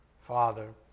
father